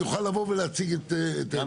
יוכל לבוא ולהציג את הדברים.